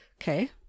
Okay